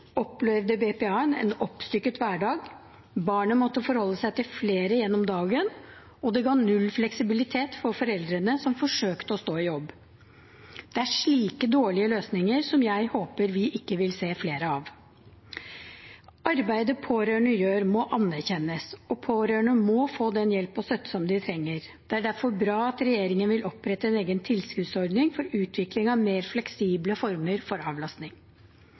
opplevde BPA-en en oppstykket hverdag, barnet måtte forholde seg til flere gjennom dagen, og det ga null fleksibilitet for foreldrene, som forsøkte å stå i jobb. Det er slike dårlige løsninger som jeg håper at vi ikke vil se flere av. Arbeidet som pårørende gjør, må anerkjennes, og pårørende må få den hjelpen og støtten som de trenger. Det er derfor bra at regjeringen vil opprette en egen tilskuddsordning for utvikling av mer fleksible former for avlastning.